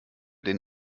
den